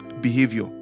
behavior